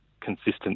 consistent